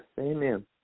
amen